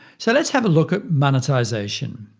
so let's have a look at monetization.